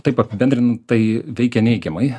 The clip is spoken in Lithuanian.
taip apibendrintai veikia neigiamai